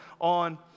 On